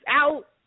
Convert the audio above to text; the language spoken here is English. out